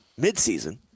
midseason